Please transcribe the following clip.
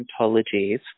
ontologies